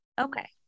Okay